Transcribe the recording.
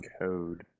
code